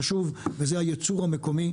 שגם הוא חשוב לך, השר וזה הייצור המקומי.